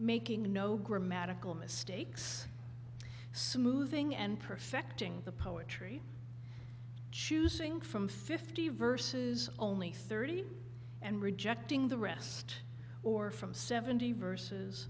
making no grammatical mistakes smoothing and perfecting the poetry choosing from fifty verses only thirty and rejecting the rest or from seventy vers